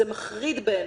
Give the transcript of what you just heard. זה מחריד, בעיניי,